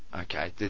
Okay